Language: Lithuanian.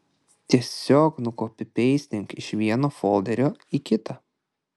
tiesiog nukopipeistink iš vieno folderio į kitą